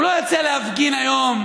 הוא לא יוצא להפגין היום